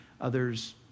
Others